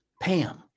Pam